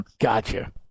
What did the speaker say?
Gotcha